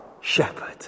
shepherd